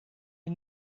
est